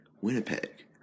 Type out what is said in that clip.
Winnipeg